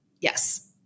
Yes